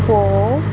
फोव